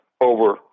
over